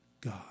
God